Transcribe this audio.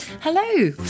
Hello